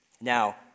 Now